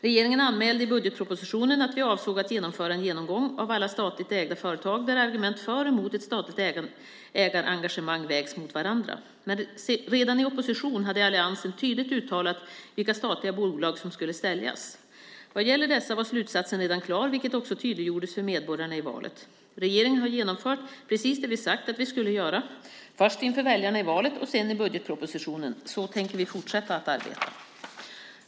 Regeringen anmälde i budgetpropositionen att vi avsåg att genomföra en genomgång av alla statligt ägda företag där argument för och emot ett statligt ägarengagemang vägs mot varandra. Men redan i opposition hade alliansen tydligt uttalat vilka statliga bolag som skulle säljas. Vad gäller dessa var slutsatsen redan klar, vilket också tydliggjordes för medborgarna i valet. Regeringen har genomfört precis det vi sagt att vi skulle göra, först inför väljarna i valet och sedan i budgetpropositionen. Så tänker vi fortsätta att arbeta.